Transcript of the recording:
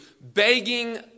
begging